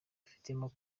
bafitemo